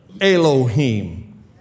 Elohim